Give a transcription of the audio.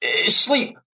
sleep